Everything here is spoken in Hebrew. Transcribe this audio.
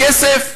בכסף?